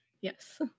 yes